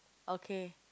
okay